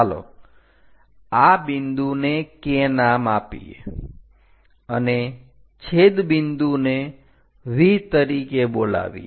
ચાલો આ બિંદુને K નામ આપીએ અને છેદબિંદુને V તરીકે બોલાવીએ